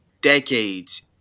decades